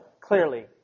clearly